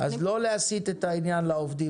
אז לא להסיט את העניין לעובדים,